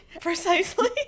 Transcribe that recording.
Precisely